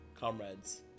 Comrades